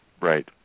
Right